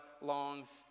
longs